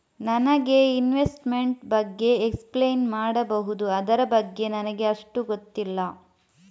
ನನಗೆ ಇನ್ವೆಸ್ಟ್ಮೆಂಟ್ ಬಗ್ಗೆ ಎಕ್ಸ್ಪ್ಲೈನ್ ಮಾಡಬಹುದು, ಅದರ ಬಗ್ಗೆ ನನಗೆ ಅಷ್ಟು ಗೊತ್ತಿಲ್ಲ?